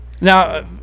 Now